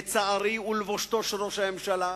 לצערי, ולבושתו של ראש הממשלה,